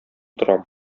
торам